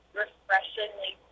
refreshingly